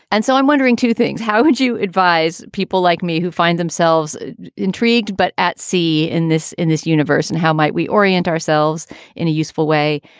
and so i'm wondering two things how would you advise people like me who find themselves intrigued, but at sea in this in this universe, and how might we orient ourselves in a useful way?